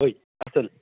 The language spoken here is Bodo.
ओइ आसोल